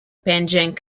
panjang